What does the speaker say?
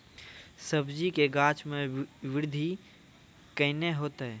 सब्जी के गाछ मे बृद्धि कैना होतै?